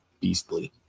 beastly